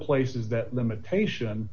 places that limitation